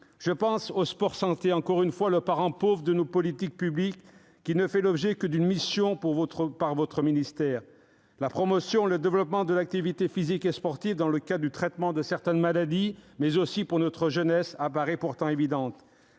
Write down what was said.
Je pense au sport-santé, parent pauvre de nos politiques publiques, qui ne fait l'objet que d'une action budgétaire. La promotion et le développement de l'activité physique et sportive, dans le cadre du traitement de certaines maladies, mais aussi pour notre jeunesse, apparaissent pourtant évidents.